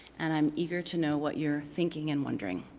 and i'm eager to know what you're thinking and wondering.